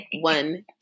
one